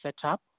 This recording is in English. setup